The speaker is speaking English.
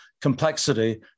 complexity